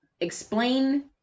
Explain